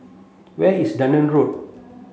where is Dunearn Road